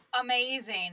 Amazing